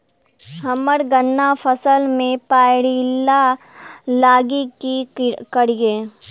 हम्मर गन्ना फसल मे पायरिल्ला लागि की करियै?